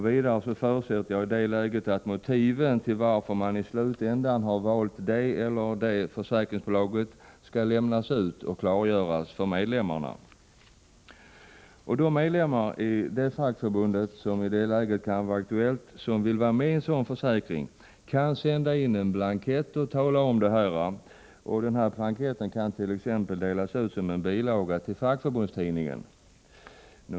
Vidare förutsätter jag att motiven till att man i slutändan har valt det eller det försäkringsbolaget skall lämnas ut och klargöras för medlemmarna. De medlemmar i det aktuella fackförbundet som vill vara med i en sådan försäkring kan sända in en blankett och tala om det. Denna blankett kan t.ex. delas ut som en bilaga till fackförbundstidningen.